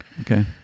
okay